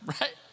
right